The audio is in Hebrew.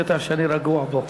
אורי, לפחות יש קטע שאני רגוע בו.